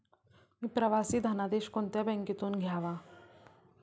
मी प्रवासी धनादेश कोणत्या बँकेतून घ्यावा?